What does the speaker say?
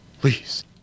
please